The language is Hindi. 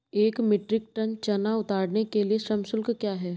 एक मीट्रिक टन चना उतारने के लिए श्रम शुल्क क्या है?